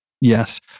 Yes